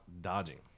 dodging